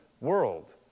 world